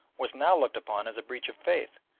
was now looked upon as a breach of faith,